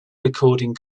recording